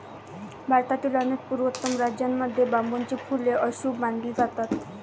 भारतातील अनेक पूर्वोत्तर राज्यांमध्ये बांबूची फुले अशुभ मानली जातात